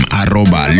arroba